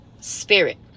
Spirit